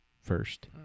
first